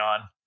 on